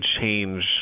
change